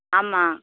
ஆமாம்